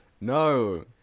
No